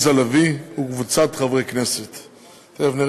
2. הצעת חוק הבטחת הכנסה (תיקון, זכאות